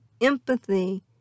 empathy